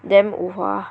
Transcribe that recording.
damn bo hua